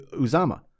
Uzama